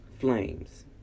flames